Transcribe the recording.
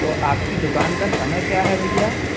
तो आपकी दुकान का समय क्या है भैया